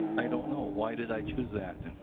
i don't know. why did i choose that?